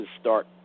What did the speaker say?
start